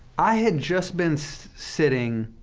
i had just been so sitting